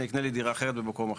אני אקנה דירה במקום אחר.